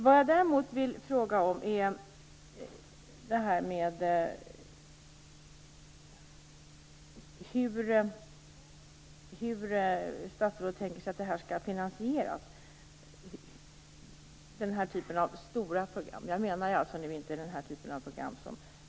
Vad jag däremot vill fråga är hur statsrådet tänker sig att den här typen av stora program skall finanieras.